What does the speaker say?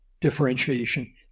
differentiation